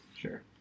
Sure